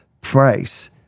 price